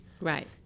Right